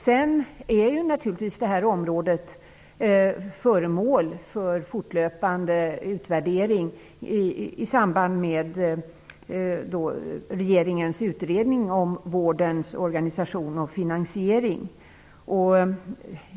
Men naturligtvis är detta område föremål för en fortlöpande utvärdering i samband med regeringens utredning om vårdens organisation och finansiering.